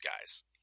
guys